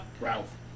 Ralph